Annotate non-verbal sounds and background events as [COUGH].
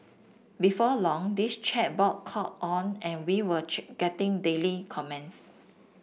before long this chat board caught on and we were [UNINTELLIGIBLE] getting daily comments